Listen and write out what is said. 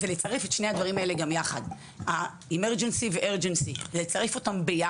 הוא לצרף את ה-Emergency ואת ה-Urgency גם יחד.